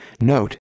Note